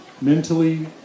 mentally